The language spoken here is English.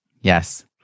Yes